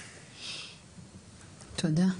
תודה.